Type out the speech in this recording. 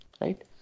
right